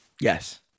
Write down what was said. yes